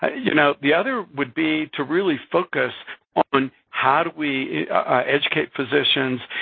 you know, the other would be to really focus on how do we educate physicians